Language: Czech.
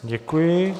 Děkuji.